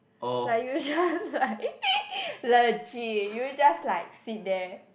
like you just like legit you just like sit there